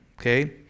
okay